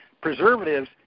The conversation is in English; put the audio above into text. preservatives